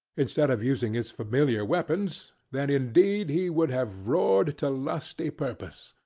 instead of using his familiar weapons, then indeed he would have roared to lusty purpose.